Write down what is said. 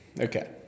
Okay